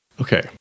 Okay